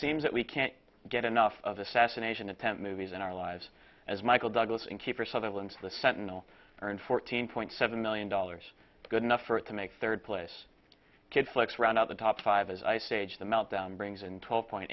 seems that we can't get enough of assassination attempt movies in our lives as michael douglas in keeper sutherland the sentinel earned fourteen point seven million dollars good enough for it to make third place kid flicks run out the top five as ice age the meltdown brings in twelve point